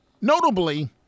Notably